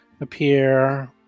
appear